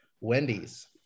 Wendy's